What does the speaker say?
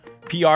PR